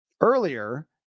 earlier